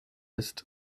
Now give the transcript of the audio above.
ist